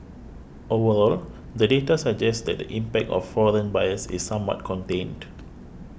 overall the data suggests that the impact of foreign buyers is somewhat contained